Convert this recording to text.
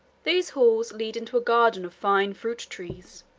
these halls lead into a garden of fine fruit trees.